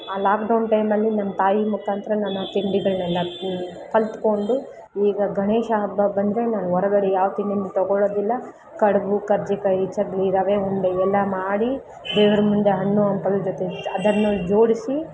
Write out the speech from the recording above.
ಆ ಲಾಕ್ಡೌನ್ ಟೈಮ್ನಲ್ಲಿ ನಮ್ಮ ತಾಯಿ ಮುಖಾಂತ್ರ ನಾನು ಆ ತಿಂಡಿಗಳನ್ನೆಲ್ಲ ಕು ಕಲಿತ್ಕೊಂಡು ಈಗ ಗಣೇಶ ಹಬ್ಬ ಬಂದರೆ ನಾನು ಹೊರಗಡೆ ಯಾವ ತಿಂಡಿ ತಗೊಳೋದಿಲ್ಲ ಕಡುಬು ಕರ್ಜಿಕಾಯಿ ಚಕ್ಕುಲಿ ರವೆ ಉಂಡೆ ಇವೆಲ್ಲ ಮಾಡಿ ದೇವ್ರ ಮುಂದೆ ಹಣ್ಣು ಹಂಪಲು ಜೊತೆ ಅದನ್ನು ಜೋಡಿಸಿ